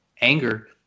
anger